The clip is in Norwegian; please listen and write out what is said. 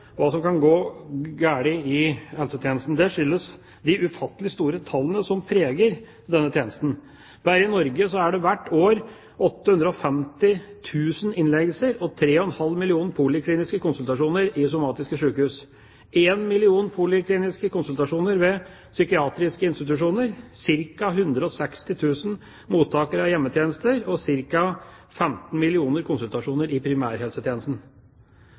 hva som kan gå galt i helsetjenesten. Det skyldes de ufattelig store tallene som preger denne tjenesten. Bare i Norge er det hvert år 850 000 innleggelser og 3,5 millioner polikliniske konsultasjoner i somatiske sykehus, 1 million polikliniske konsultasjoner ved psykiatriske institusjoner, ca. 160 000 mottakere av hjemmetjenester og ca. 15 millioner konsultasjoner i primærhelsetjenesten.